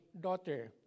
daughter